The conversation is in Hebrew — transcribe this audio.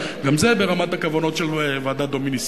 גם זה ברמת הכוונות של ועדת-דומיניסיני.